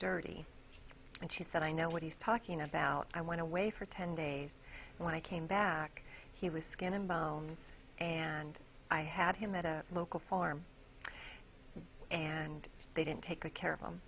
dirty and she said i know what he's talking about i went away for ten days when i came back he was skin and bones and i had him at a local farm and they didn't take good care of